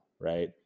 right